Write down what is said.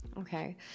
Okay